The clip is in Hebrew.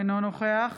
אינו נוכח